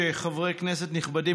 חברי כנסת נכבדים,